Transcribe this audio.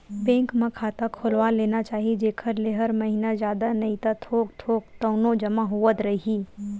bank म खाता खोलवा लेना चाही जेखर ले हर महिना जादा नइ ता थोक थोक तउनो जमा होवत रइही